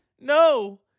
No